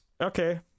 Okay